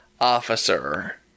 officer